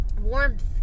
warmth